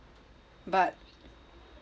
but